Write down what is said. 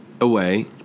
away